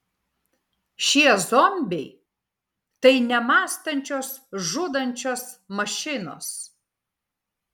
šie zombiai tai nemąstančios žudančios mašinos